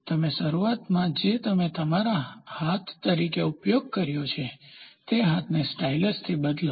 તમે શરૂઆતમાં જે તમે તમારા હાથ તરીકે ઉપયોગ કર્યો છે તે હાથને સ્ટાયલસથી બદલો